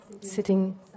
sitting